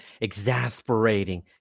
exasperating